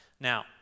Now